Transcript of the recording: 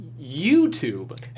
YouTube